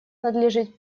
надлежит